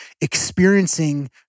experiencing